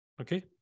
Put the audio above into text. okay